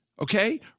okay